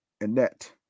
Annette